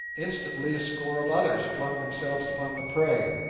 instantly a score of others flung themselves upon the prey,